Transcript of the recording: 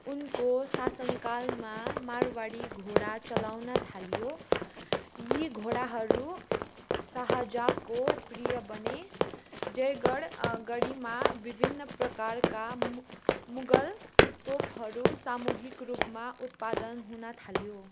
उनको शासनकालमा मारवाडी घोडा चलाउन थालियो यी घोडाहरू शाहजहाँको प्रिय बने जयगढ गढीमा विभिन्न प्रकारका मुगल तोपहरू सामूहिक रूपमा उत्पादन हुन थाल्यो